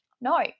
No